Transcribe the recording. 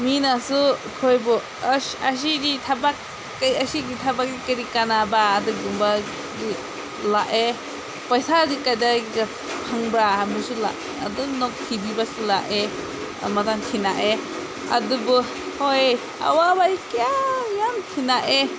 ꯃꯤꯅꯁꯨ ꯑꯩꯈꯣꯏꯕꯨ ꯑꯁ ꯑꯁꯤꯗꯤ ꯊꯕꯛ ꯀꯔꯤ ꯑꯁꯤꯒꯤ ꯊꯕꯛꯁꯤ ꯀꯔꯤ ꯀꯥꯟꯅꯕ ꯑꯗꯨꯒꯨꯝꯕꯗꯤ ꯂꯥꯛꯑꯦ ꯄꯩꯁꯥꯒꯤ ꯀꯗꯥꯏꯗ ꯐꯪꯕ꯭ꯔꯥ ꯍꯥꯏꯕꯗꯨꯁꯨ ꯂꯥꯛꯑꯦ ꯑꯗꯨꯝ ꯅꯣꯛꯈꯤꯄꯤꯕꯁꯨ ꯂꯥꯛꯑꯦ ꯑꯃꯨꯛꯀ ꯊꯦꯡꯅꯩꯌꯦ ꯑꯗꯨꯕꯨ ꯍꯣꯏ ꯑꯋꯥꯕ ꯑꯩ ꯀꯌꯥ ꯌꯥꯝ ꯊꯦꯡꯅꯔꯛꯑꯦ